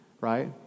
right